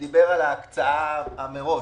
שדיבר על ההקצאה מראש,